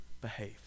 behave